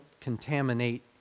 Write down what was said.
contaminate